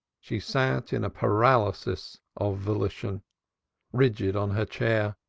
she sat in a paralysis of volition rigid on her chair,